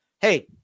Hey